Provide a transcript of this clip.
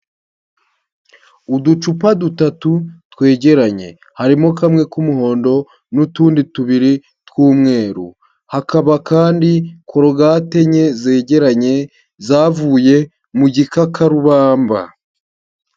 Uducupa dutatu twegeranye, harimo kamwe k'umuhondo n'utundi tubiri tw'umweru, hakaba kandi korogate enye zegeranye zavuye mu gikakarubamba.